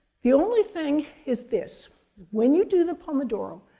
the only thing is this when you do the pomodoro,